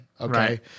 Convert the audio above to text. Okay